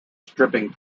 stripping